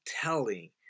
telling